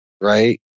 right